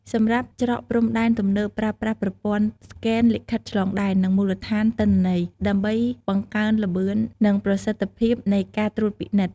សម្រាប់ច្រកព្រំដែនទំនើបប្រើប្រាស់ប្រព័ន្ធស្កេនលិខិតឆ្លងដែន និងមូលដ្ឋានទិន្នន័យ ដើម្បីបង្កើនល្បឿន និងប្រសិទ្ធភាពនៃការត្រួតពិនិត្យ។